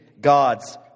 God's